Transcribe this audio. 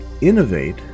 innovate